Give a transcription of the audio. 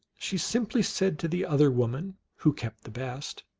she simply said to the other woman, who kept the best,